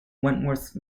wentworth